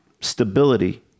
stability